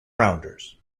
rounders